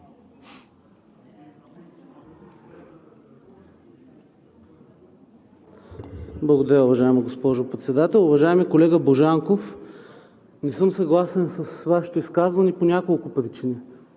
Благодаря, уважаема госпожо Председател. Уважаеми колега Божанков, не съм съгласен с Вашето изказване по няколко причини.